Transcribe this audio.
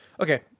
Okay